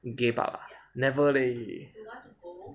gay bar ah never leh